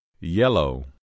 yellow